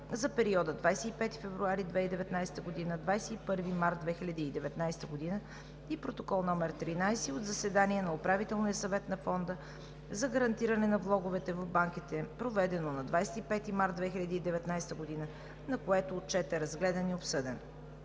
за периода 25 февруари – 21 март 2019 г. и Протокол № 13 от заседание на Управителния съвет на Фонда за гарантиране на влоговете в банките, проведено на 25 март 2019 г., на което Отчетът е разгледан и обсъден.